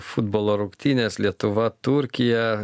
futbolo rungtynės lietuva turkija